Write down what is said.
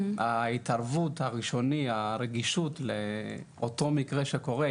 ההתערבות הראשונית, הרגישות לאותו המקרה שקורה.